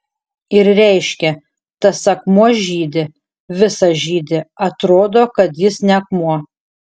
ir reiškia tas akmuo žydi visas žydi atrodo kad jis ne akmuo